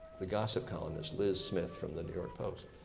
the gossip columnist liz smith from the new york post.